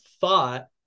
thought